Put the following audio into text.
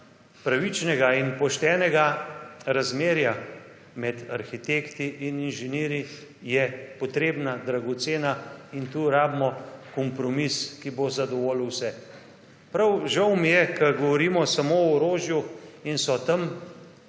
pravičnega in poštenega razmerja med arhitekti in inženirji je potrebna, dragocena, in tu rabimo kompromis, ki bo zadovoljil vse. Prav žal mi je, ker govorimo samo o orožju in so tam